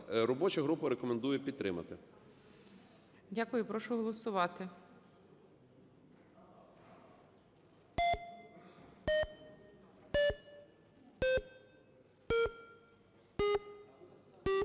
Робоча група рекомендує підтримати. ГОЛОВУЮЧИЙ. Дякую. Прошу голосувати.